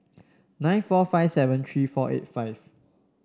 nine four five seven three four eight five